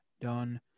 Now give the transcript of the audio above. done